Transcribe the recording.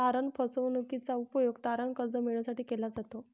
तारण फसवणूकीचा उपयोग तारण कर्ज मिळविण्यासाठी केला जातो